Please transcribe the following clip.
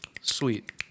Sweet